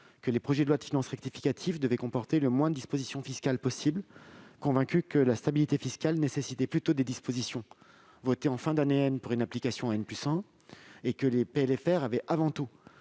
que les projets de loi de finances rectificative devaient comporter le moins de dispositions fiscales possible, convaincus que la stabilité fiscale nécessitait plutôt des dispositions votées en fin d'année pour une application à +1 et que les PLFR avaient avant tout